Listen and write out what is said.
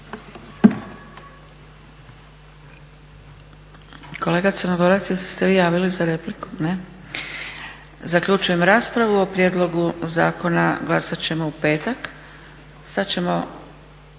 Kolega Crnogorac jeste se vi javili za repliku? Ne. Zaključujem raspravu. O prijedlogu zakona glasat ćemo u petak. Sad ćemo